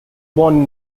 born